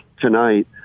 tonight